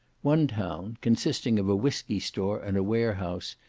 one town, consisting of a whiskey store and a warehouse,